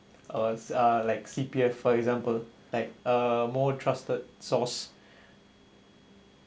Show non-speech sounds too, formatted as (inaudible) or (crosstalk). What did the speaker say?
uh like C_P_F for example like a more trusted source (breath)